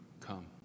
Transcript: come